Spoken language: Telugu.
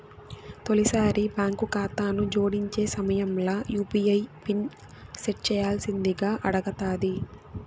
తొలిసారి బాంకు కాతాను జోడించే సమయంల యూ.పీ.ఐ పిన్ సెట్ చేయ్యాల్సిందింగా అడగతాది